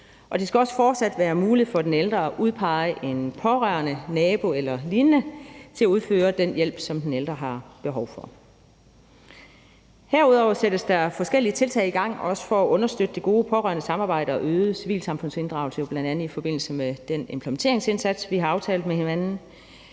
det skal også fortsat være muligt for den ældre at udpege en pårørende, nabo eller lignende til at udføre den hjælp, som den ældre har behov for. Herudover sættes der forskellige tiltag i gang også for at understøtte det gode pårørendesamarbejdet og den øgede civilsamfundsinddragelse. Bl.a. i forbindelse med den implementeringsindsats, vi har aftalt med hinanden.